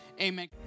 Amen